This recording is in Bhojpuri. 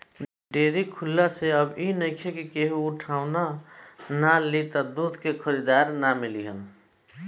डेरी खुलला से अब इ नइखे कि केहू उठवाना ना लि त दूध के खरीदार ना मिली हन